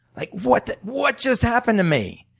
like what what just happened to me?